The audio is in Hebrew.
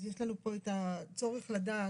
אז יש לנו פה את הצורך לדעת,